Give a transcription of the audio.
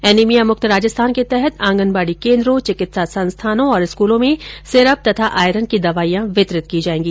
anaemia मुक्त राजस्थान के तहत आंगनबाडी केन्द्रों चिकित्सा संस्थानों और स्कूलों में सिरप तथा आयरन की दवाईयां वितरित की जायेगी